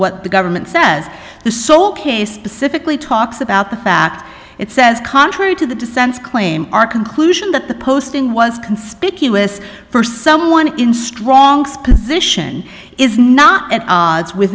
what the government says the sole case pacifically talks about the fact it says contrary to the dissents claim our conclusion that the posting was conspicuous for someone in strong position is not at odds with